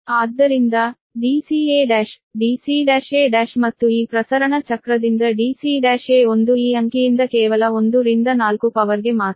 ಆದ್ದರಿಂದ dca1 dc1a1 ಮತ್ತು ಈ ಪ್ರಸರಣ ಚಕ್ರದಿಂದ dc1a ಒಂದು ಈ ಅಂಕಿಯಿಂದ ಕೇವಲ 1 ರಿಂದ 4 ಪವರ್ಗೆ ಮಾತ್ರ